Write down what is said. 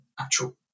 actual